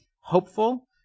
hopeful